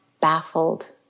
baffled